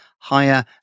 Higher